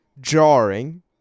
jarring